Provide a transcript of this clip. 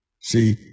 See